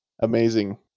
Amazing